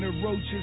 Roaches